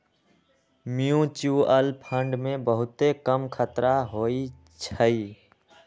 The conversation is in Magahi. म्यूच्यूअल फंड मे बहुते कम खतरा होइ छइ